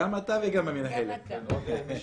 אני מאוד שמחה